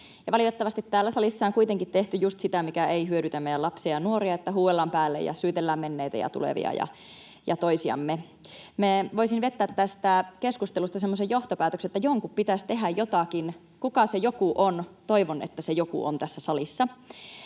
Valitettavasti täällä salissa on kuitenkin tehty juuri sitä, mikä ei hyödytä meidän lapsia ja nuoria, että huudellaan päälle ja syytellään menneitä ja tulevia ja toisiamme. Minä voisin vetää tästä keskustelusta semmoisen johtopäätöksen, että jonkun pitäisi tehdä jotakin. Kuka se joku on? Toivon, että se joku on tässä salissa.